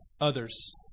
others